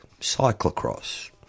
cyclocross